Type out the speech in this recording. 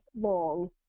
long